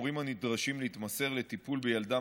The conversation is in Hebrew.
הורים הנדרשים להתמסר לטיפול בילדם